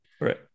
right